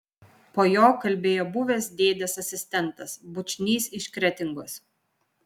po jo kalbėjo buvęs dėdės asistentas bučnys iš kretingos